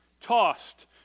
tossed